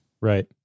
Right